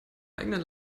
eigenen